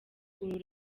uru